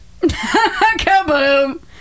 Kaboom